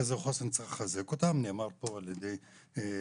צריך לחזק את מרכזי החוסן, נאמר על ידי חברתי,